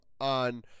on